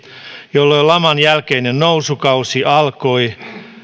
jolloin laman jälkeinen nousukausi alkoi